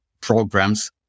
programs